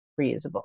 reusable